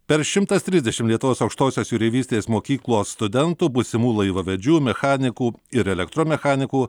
per šimtas trisdešim lietuvos aukštosios jūreivystės mokyklos studentų būsimų laivavedžių mechanikų ir elektromechanikų